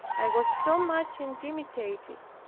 i was so much intimidated,